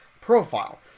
profile